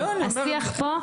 השיח פה.